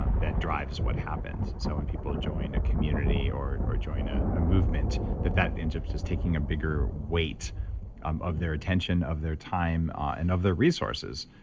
um that drive is what happens. so when people join a community or or join ah a movement that that but is taking a bigger weight um of their attention, of their time, and of their resources.